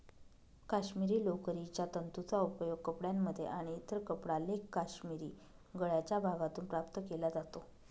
काश्मिरी लोकरीच्या तंतूंचा उपयोग कपड्यांमध्ये आणि इतर कपडा लेख काश्मिरी गळ्याच्या भागातून प्राप्त केला जातो